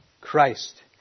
Christ